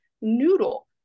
noodle